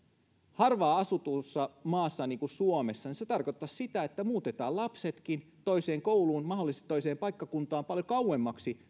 harvaan asutussa maassa niin kuin suomessa se tarkoittaisi sitä että muutetaan lapsetkin toiseen kouluun mahdollisesti toiselle paikkakunnalle paljon kauemmaksi